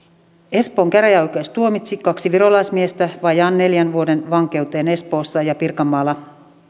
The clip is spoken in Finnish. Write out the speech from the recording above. espoon käräjäoikeus tuomitsi kaksi virolaismiestä vajaan neljän vuoden vankeuteen espoossa ja pirkanmaalla